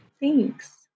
Thanks